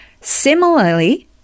Similarly